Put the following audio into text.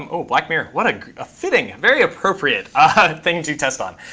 um oh, black mirror. what a fitting, very appropriate ah thing to test on.